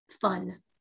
fun